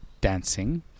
dancing